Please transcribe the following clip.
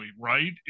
right